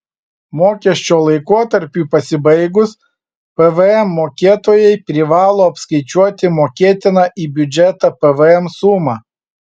mokesčio laikotarpiui pasibaigus pvm mokėtojai privalo apskaičiuoti mokėtiną į biudžetą pvm sumą